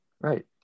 Right